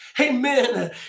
Amen